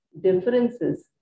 differences